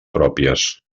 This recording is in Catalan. pròpies